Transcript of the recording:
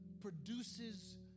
produces